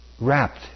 wrapped